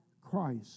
Christ